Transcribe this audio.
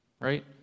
right